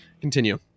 Continue